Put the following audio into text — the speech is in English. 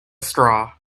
straw